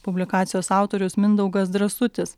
publikacijos autorius mindaugas drąsutis